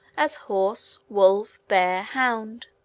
as horse, wolf, bear, hound.